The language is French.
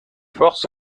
force